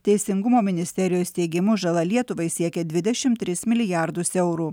teisingumo ministerijos teigimu žala lietuvai siekia dvidešim tris milijardus eurų